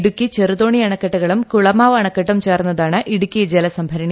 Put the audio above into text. ഇടുക്കി ചെറുതോണി അണക്കെട്ടുകളും കുളമാവ് അണക്കെട്ടും ചേർന്നതാണ് ജലസംഭരണി